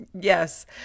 yes